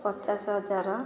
ପଚାଶ ହଜାର